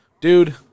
dude